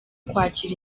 kwakira